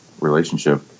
relationship